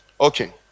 okay